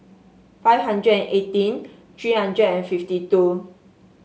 five hundred and eighteen three hundred and fifty two